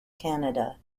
canada